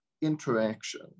interaction